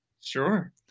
Sure